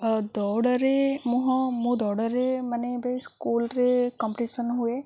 ଦୌଡ଼ରେ ମୁଁ ମୁଁ ଦୌଡ଼ରେ ମାନେ ଏବେ ସ୍କୁଲ୍ରେ କମ୍ପିଟିସନ୍ ହୁଏ